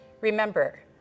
Remember